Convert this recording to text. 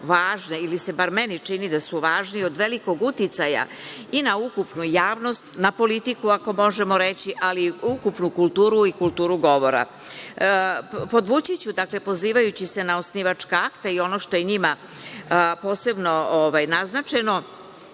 ili se bar meni čini da su važne ili od velikog uticaja i na ukupnu javnost na politiku ako možemo reći, ali ukupnu kulturu i kulturu govora. Podvućiću, dakle, pozivajući se na osnivačka akte i ono što je njima posebno naznačeno